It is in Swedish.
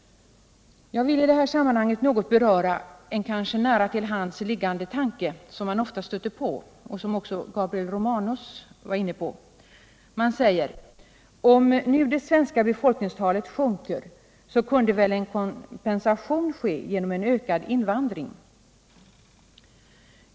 Jag vill i det här sammanhanget något beröra en kanske nära till hands liggande tanke som man ofta stöter på och som också Gabriel Romanus var inne på. Man säger: Om nu det svenska befolkningstalet sjunker, så kunde väl en kompensation ske genom en ökad invandring.